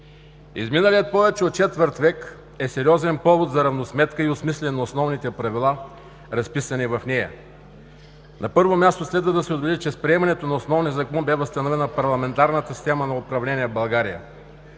Изминалият повече от четвърт век е сериозен повод за равносметка и осмисляне на основните правила, разписани в нея. На първо място следва да се отбележи, че с приемането на Основния закон бе възстановена парламентарната система на управление в България.